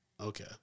Okay